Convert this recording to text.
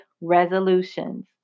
resolutions